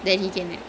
mm mm